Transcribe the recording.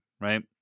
right